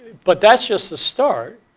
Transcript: but that's just the start,